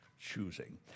choosing